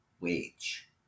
wage